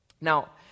Now